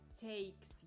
takes